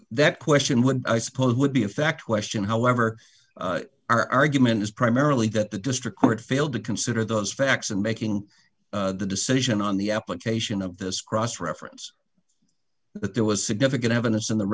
that question when i suppose would be a fact western however our argument is primarily that the district court failed to consider those facts and making the decision on the application of this cross reference that there was significant evidence in the